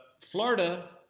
Florida